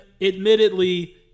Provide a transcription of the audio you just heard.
admittedly